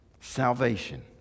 Salvation